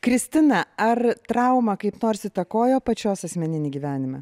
kristina ar trauma kaip nors įtakojo pačios asmeninį gyvenimą